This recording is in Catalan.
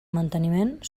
manteniment